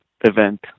event